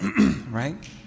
right